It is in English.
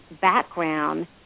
background